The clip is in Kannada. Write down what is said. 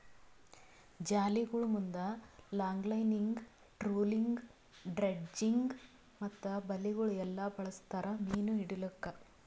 ಜಾಲಿಗೊಳ್ ಮುಂದ್ ಲಾಂಗ್ಲೈನಿಂಗ್, ಟ್ರೋಲಿಂಗ್, ಡ್ರೆಡ್ಜಿಂಗ್ ಮತ್ತ ಬಲೆಗೊಳ್ ಎಲ್ಲಾ ಬಳಸ್ತಾರ್ ಮೀನು ಹಿಡಿಲುಕ್